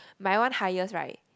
my one highest right